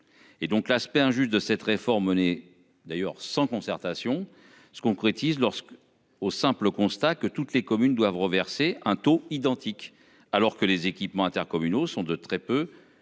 Et donc l'aspect injuste de cette réforme menée d'ailleurs sans concertation se concrétise lorsque au simple constat que toutes les communes doivent reverser un taux identique alors que les équipements intercommunaux sont de très peu, voire très